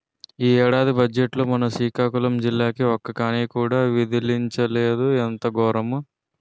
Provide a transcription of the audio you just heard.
ఈ ఏడాది బజ్జెట్లో మన సికాకులం జిల్లాకి ఒక్క కానీ కూడా విదిలించలేదు ఎంత గోరము